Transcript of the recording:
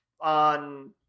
on